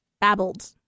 babbled